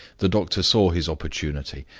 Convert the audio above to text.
the doctor saw his opportunity.